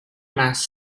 mass